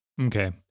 okay